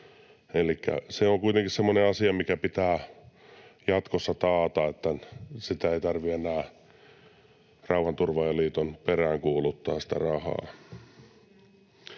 Se on kuitenkin semmoinen asia, mikä pitää jatkossa taata, että sitä rahaa ei tarvitse enää Rauhanturvaajaliiton peräänkuuluttaa.